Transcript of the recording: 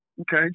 Okay